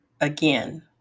again